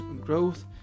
growth